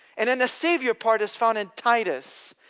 and then the saviour part is found in titus.